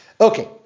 Okay